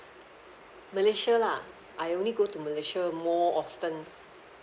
malaysia lah I only go to malaysia more often